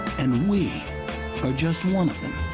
and we are just one of them.